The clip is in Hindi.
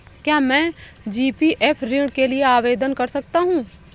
क्या मैं जी.पी.एफ ऋण के लिए आवेदन कर सकता हूँ?